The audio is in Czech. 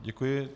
Děkuji.